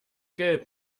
gelb